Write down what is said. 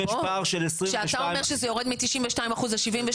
כשאתה אומר שזה יורד מ-92% ל-72%,